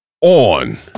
on